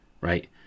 right